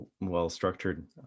well-structured